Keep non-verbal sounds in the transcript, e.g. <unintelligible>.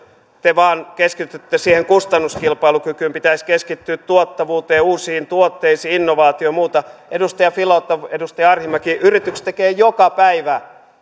te vain keskitytte siihen kustannuskilpailukykyyn ja pitäisi keskittyä tuottavuuteen uusiin tuotteisiin innovaatioon ja muuta edustaja filatov edustaja arhinmäki yritykset tekevät joka päivä <unintelligible>